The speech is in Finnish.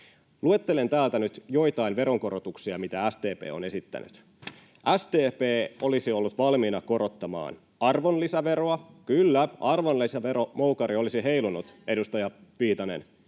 Luettelen täältä nyt joitain veronkorotuksia, mitä SDP on esittänyt. SDP olisi ollut valmiina korottamaan arvonlisäveroa — [Jaana Strandman: Juuri näin!] kyllä, arvonlisäveromoukari olisi heilunut, edustaja Viitanen